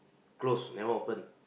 close never open